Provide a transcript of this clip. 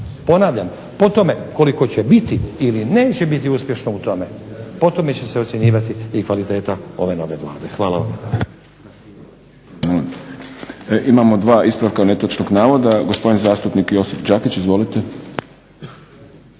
Ponavljam, po tome koliko će biti ili neće biti uspješno u tome, po tome će se ocjenjivati i kvaliteta ove nove Vlade. Hvala vam.